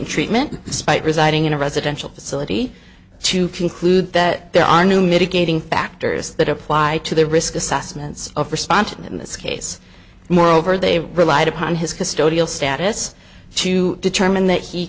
in treatment despite residing in a residential facility to conclude that there are new mitigating factors that apply to their risk assessments of response and in this case moreover they relied upon his custodial status to determine that he